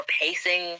pacing